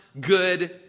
good